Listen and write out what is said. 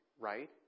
right